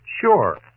Sure